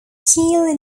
kiel